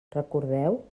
recordeu